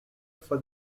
for